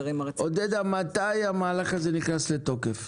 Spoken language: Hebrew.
מתי המהלך הזה נכנס לתוקף?